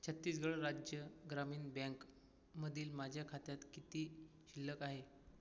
छत्तीसगड राज्य ग्रामीण बँकमधील माझ्या खात्यात किती शिल्लक आहे